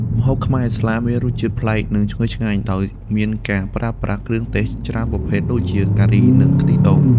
ម្ហូបខ្មែរឥស្លាមមានរសជាតិប្លែក និងឈ្ងុយឆ្ងាញ់ ដោយមានការប្រើប្រាស់គ្រឿងទេសច្រើនប្រភេទដូចជា ការី និងខ្ទិះដូង។